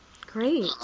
Great